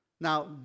Now